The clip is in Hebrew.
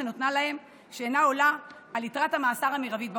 שנותרה להם שאינה עולה על יתרת המאסר המרבית בחוק.